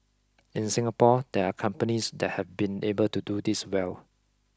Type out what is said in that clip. in Singapore there are companies that have been able to do this well